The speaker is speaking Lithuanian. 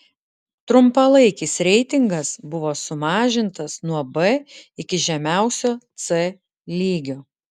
trumpalaikis reitingas buvo sumažintas nuo b iki žemiausio c lygio